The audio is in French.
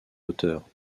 auteur